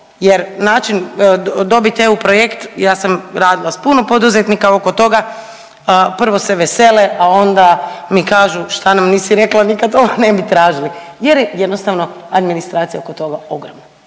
jer način, dobiti EU projekt, ja sam radila s puno poduzetnika oko toga. Prvo se vesele, a onda mi kažu, šta nam nisi rekla, nikad ovo ne bi tražili jer je jednostavno administracija oko toga ogromna